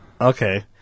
Okay